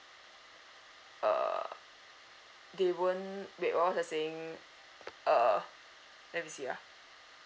uh they won't wait what was I saying uh let me see ah